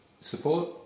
Support